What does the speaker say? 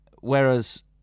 whereas